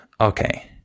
okay